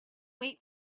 wait